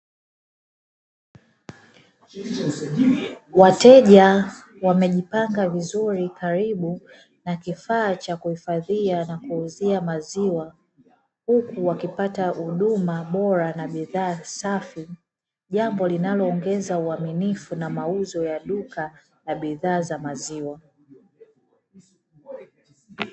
Wateja wamejipanga vizuri karibu na kifaa cha kuhifadhia na kuuza maziwa, huku wakipata huduma bora na bidhaa safi, jambo linaloongeza uaminifu na mauzo ya duka la bidhaa za maziwa.